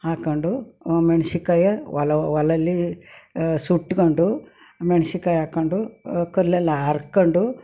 ಹಾಕ್ಕೊಂಡು ಮೆಣಸಿನ್ಕಾಯಿ ಒಲೆ ಒಲೆಲಿ ಸುಟ್ಕೊಂಡು ಮೆಣ್ಶಿನ್ಕಾಯಿ ಹಾಕ್ಕೊಂಡು ಕಲ್ಲಲ್ಲಿ ಹರ್ಕೊಂಡು